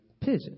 pigeon